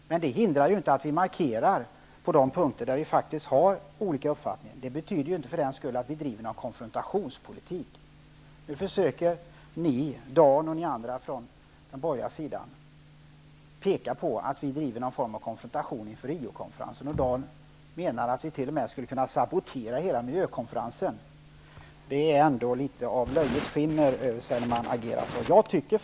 Men det hindrar inte att vi markerar på de punkter där vi faktiskt har olika uppfattningar. Det betyder för den skull inte att vi driver någon konfrontationspolitik. Nu försöker Dan Ericsson och andra från den borgerliga sidan att peka på att vi driver någon form av konfrontationspolitik inför Rio-konferensen. Dan Ericsson menar att vi t.o.m. skulle kunna sabotera hela miljökonferensen. Det har något av löjets skimmer över sig att agera på det sättet.